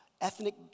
ethnic